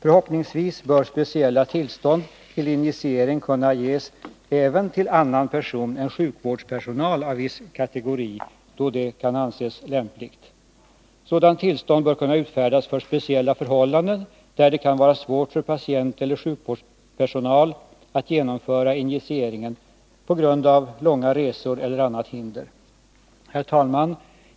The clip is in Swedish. Förhoppningsvis kan speciella tillstånd till injicering ges även till annan person än sjukvårdspersonal av viss kategori, när så anses lämpligt. Sådant tillstånd bör kunna utfärdas för speciella förhållanden, då det kan vara svårt för patient eller sjukvårdspersonal att genomföra injiceringen på grund av långa resor eller annat hinder. Herr talman!